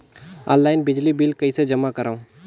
Online बिजली bill कइसे जमा करव?